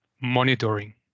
monitoring